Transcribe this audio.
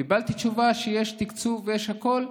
קיבלתי תשובה שיש תקצוב והכול,